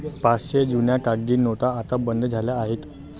पाचशेच्या जुन्या कागदी नोटा आता बंद झाल्या आहेत